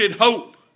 hope